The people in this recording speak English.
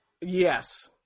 Yes